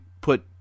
put